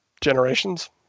Generations